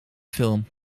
film